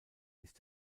ist